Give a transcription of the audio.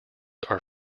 are